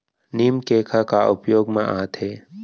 नीम cake ह का उपयोग मा आथे?